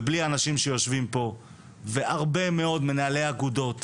בלי האנשים שיושבים פה והרבה מאוד מנהלי אגודות